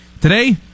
today